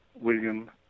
William